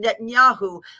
Netanyahu